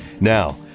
Now